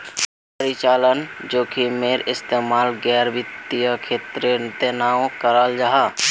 परिचालन जोखिमेर इस्तेमाल गैर वित्तिय क्षेत्रेर तनेओ कराल जाहा